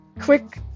quick